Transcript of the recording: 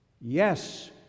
yes